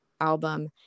album